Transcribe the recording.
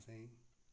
असेंगी